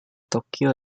tokyo